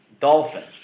Dolphins